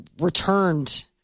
returned